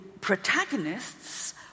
protagonists